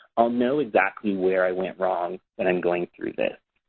i'll know exactly where i went wrong when i'm going through this.